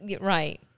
Right